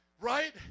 right